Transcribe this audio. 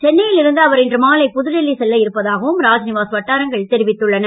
சென்னையில் இருந்து அவர் இன்று மாலை புதுடில்லி செல்ல இருப்பதாகவும் ராஜ்நிவாஸ் வட்டாரங்கள் தெரிவித்துள்ளன